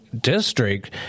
district